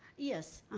yes.